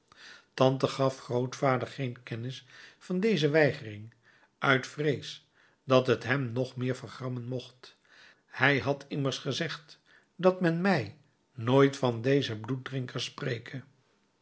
tante gaf grootvader geen kennis van deze weigering uit vrees dat het hem nog meer vergrammen mocht hij had immers gezegd dat men mij nooit van dezen bloeddrinker spreke